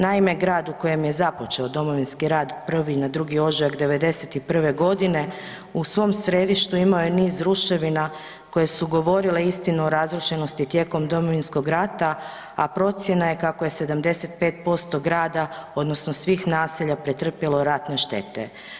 Naime, grad u kojem je započeo Domovinski rat 1. na 2. ožujak '91. godine u svom središtu imao je niz ruševina koje su govorile istinu o razrušenosti tijekom Domovinskog rata, a procjena je kako je 75% grada odnosni svih naselja pretrpjelo ratne štete.